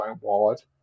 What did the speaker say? wallet